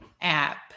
app